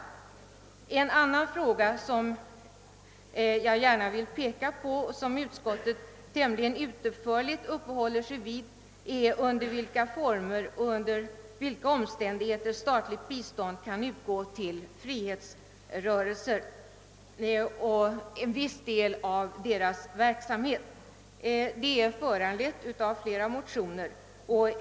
En annan fråga, som jag gärna vill peka på och som utskottet tämligen utförligt uppehåller sig vid, är i vilka former och under vilka omständigheter statligt bistånd kan utgå till frihetsrörelser för viss del av deras verksamhet. Frågan är föranledd av flera motioner.